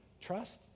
trust